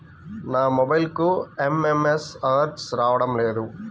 నా మొబైల్కు SMS alerts రావడం లేదు ఎందుకు?